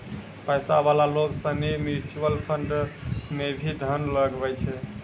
पैसा वाला लोग सनी म्यूचुअल फंड मे भी धन लगवै छै